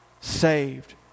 saved